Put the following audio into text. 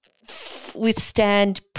withstand